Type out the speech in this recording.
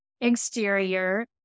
exterior